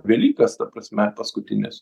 velykas ta prasme paskutinis